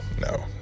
no